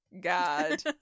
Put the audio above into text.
God